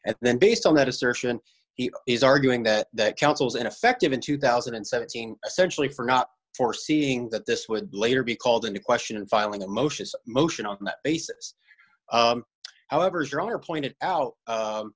and then based on that assertion he is arguing that that counsels ineffective in two thousand and seventeen essentially for not foreseeing that this would later be called into question and filing a motion motion on that basis however is wrong or pointed out